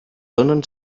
donen